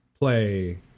play